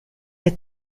est